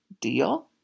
Deal